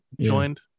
joined